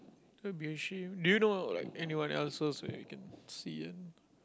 would be a shame do you like anyone else so we can see and